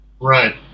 Right